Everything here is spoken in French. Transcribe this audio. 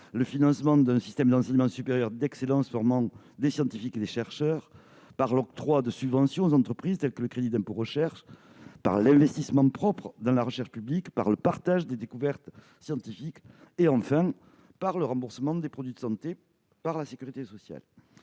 le financement d'un système d'enseignement supérieur d'excellence formant des scientifiques et des chercheurs, par l'octroi de subventions aux entreprises telles que le crédit d'impôt recherche, par son investissement propre dans la recherche publique, par le partage des découvertes scientifiques, par le remboursement des produits de santé par la sécurité sociale.